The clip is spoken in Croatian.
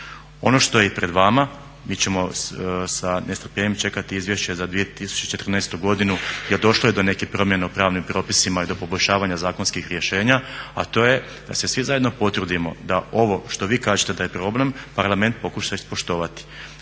Ono što je i pred vama, mi ćemo sa nestrpljenjem čekati izvješće za 2014. godinu jer došlo je do nekih promena u pravnim propisima i do poboljšavanja zakonskih rješenja a to je da se svi zajedno potrudimo da ovo što vi kažete da je problem Parlament pokuša ispoštovati.